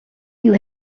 you